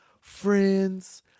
friends